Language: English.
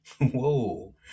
Whoa